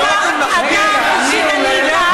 את המליאה באופן מחפיר היום.